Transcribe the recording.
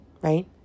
right